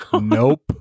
Nope